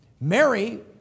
Mary